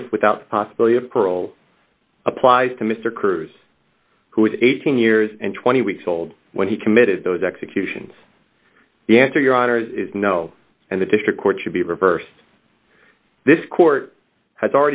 life without possibility of parole applies to mr cruz who is eighteen years and twenty weeks old when he committed those executions the answer your honor is no and the district court should be reversed this court has